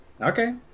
Okay